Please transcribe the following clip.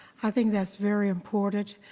i think that's very important.